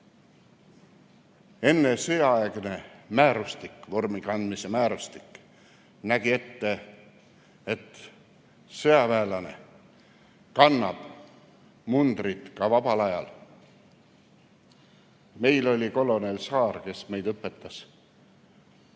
Sõjaeelne määrustik, vormi kandmise määrustik nägi ette, et sõjaväelane kannab mundrit ka vabal ajal. Meil oli kolonel Saar, kes meid õpetas.